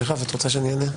את רוצה שאני אענה?